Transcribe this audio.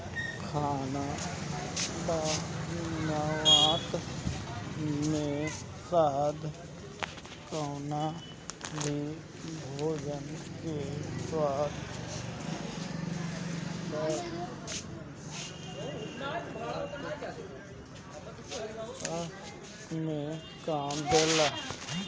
खाना बनावत में शहद कवनो भी भोजन के स्वाद बढ़ावे में काम देला